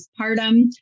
postpartum